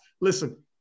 Listen